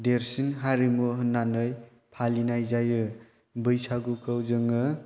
देरसिन हारिमु होननानै फालिनाय जायो बैसागुखौ जोङो